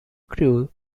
crew